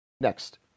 next